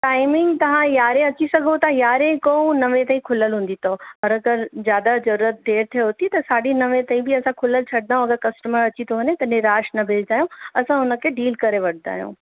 timing तव्हां यारहें अची सघो था यारहें खां नवें ताईं खुलियल हूंदी अथव और अगरि ज़्यादा ज़रूरत देर थिएव थी त साढी नवें ताईं बि असां खुलियल छॾंदा आहियूं अगरि कस्टमर अची थो वञे त निराश न भेजदा आहियूं असां हुनखे डील करे वठंदा आहियूं